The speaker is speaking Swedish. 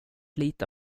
lita